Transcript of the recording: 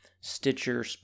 Stitcher